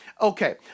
Okay